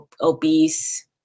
obese